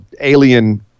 alien